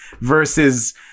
Versus